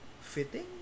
fitting